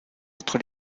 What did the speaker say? entre